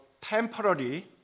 temporary